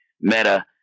Meta